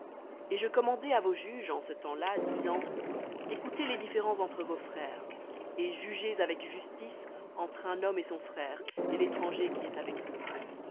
et je commandai à vos juges en ce temps-là disant écoutez entre vos frères et jugez avec justice entre un homme et son frère et l'étranger qui est avec lui